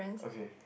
okay